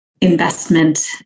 investment